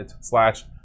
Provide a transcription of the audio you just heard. slash